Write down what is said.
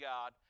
God